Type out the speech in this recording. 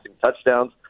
touchdowns